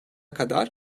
kadar